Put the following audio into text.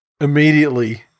immediately